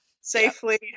safely